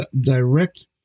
direct